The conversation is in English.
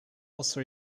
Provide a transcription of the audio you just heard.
also